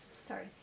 Sorry